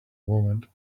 moment